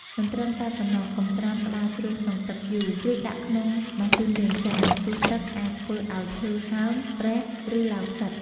មិនត្រឹមតែប៉ុណ្ណោះ កុំត្រាំក្ដារជ្រុញក្នុងទឹកយូរ ឬដាក់ក្នុងម៉ាស៊ីនលាងចាន ព្រោះទឹកអាចធ្វើឲ្យឈើហើម ប្រេះ ឬឡើងផ្សិត។